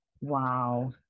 Wow